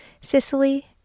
Sicily